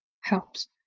helps